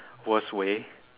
worst way